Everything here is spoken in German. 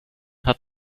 hat